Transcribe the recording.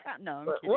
No